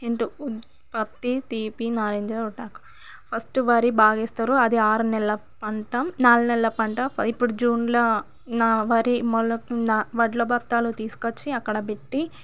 into పత్తి తీపి నారింజ రొటాకు ఫస్ట్ వరి బాగా వేస్తారు అది ఆరునెల పంటం నాలుగు నెలల పంట ఇప్పుడు జూన్లో నా వరి నా వడ్ల బస్తాలు తీసుకొచ్చి అక్కడ పెట్టి